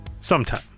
sometime